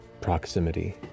proximity